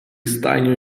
стайню